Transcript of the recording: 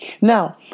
Now